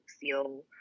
feel